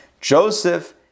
Joseph